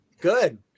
Good